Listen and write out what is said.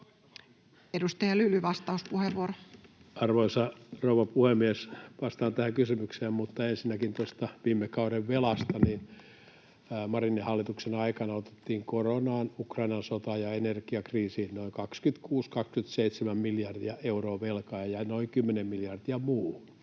Time: 21:08 Content: Arvoisa rouva puhemies! Vastaan tähän kysymykseen, mutta ensinnäkin tuosta viime kauden velasta. Marinin hallituksen aikana otettiin koronaan, Ukrainan sotaan ja energiakriisiin noin 26—27 miljardia euroa velkaa ja noin 10 miljardia muuhun.